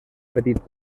petit